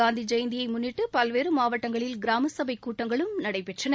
காந்தி ஜெயந்தியை முன்னிட்டு பல்வேறு மாவட்டங்களில் கிராம சபை கூட்டங்களும் நடைபெற்றன